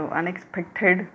unexpected